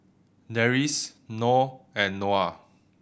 Deris Noh and Noah